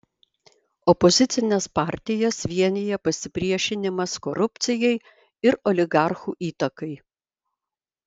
opozicines partijas vienija pasipriešinimas korupcijai ir oligarchų įtakai